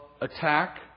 attack